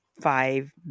five